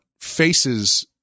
faces